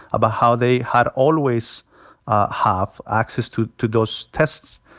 about how they had always have access to to those tests.